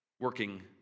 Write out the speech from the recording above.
Working